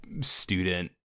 student